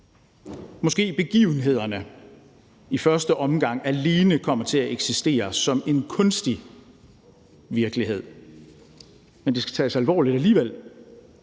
Måske begivenhederne i første omgang alene kommer til at eksistere som en kunstig virkelighed, men det skal tages alvorligt alligevel.